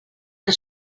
que